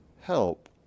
help